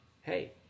Hey